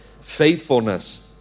faithfulness